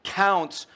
counts